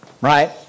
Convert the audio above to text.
right